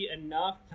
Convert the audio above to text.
enough